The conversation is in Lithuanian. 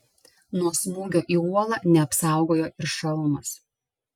nuo smūgio į uolą neapsaugojo ir šalmas